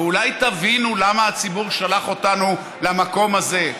ואולי תבינו למה הציבור שלח אותנו למקום הזה,